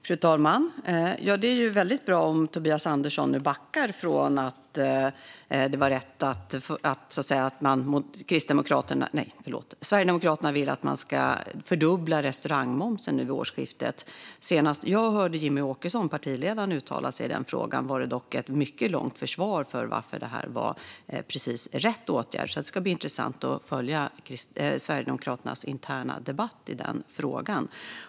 Fru talman! Ja, det är ju väldigt bra om Tobias Andersson nu backar från att det var rätt att Sverigedemokraterna ville fördubbla restaurangmomsen vid årsskiftet. Senast jag hörde deras partiledare Jimmie Åkesson uttala sig i den frågan var det dock med ett mycket långt försvar av detta som precis rätt åtgärd, så det ska bli intressant att följa Sverigedemokraternas interna debatt i den frågan.